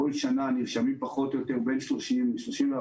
בכל שנה נרשמים פחות או יותר 34 35